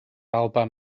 alban